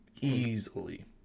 easily